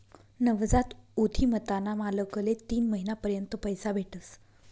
नवजात उधिमताना मालकले तीन महिना पर्यंत पैसा भेटस